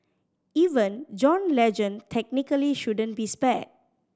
even John Legend technically shouldn't be spared